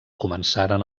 començaren